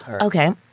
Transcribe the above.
Okay